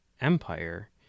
Empire